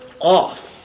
off